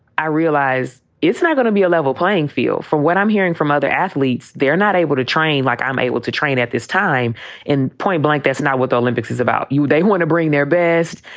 i realize it's not going to be a level playing field for what i'm hearing from other athletes. they're not able to train like. um able to train at this time in point blank, that's not what the olympics is about. you don't want to bring their best.